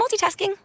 multitasking